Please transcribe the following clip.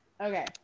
Okay